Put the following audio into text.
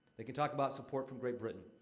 they can talk about support from great britain.